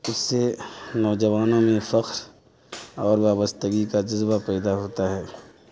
اس سے نوجوانوں میں فخر اور وابستگی کا جذبہ پیدا ہوتا ہے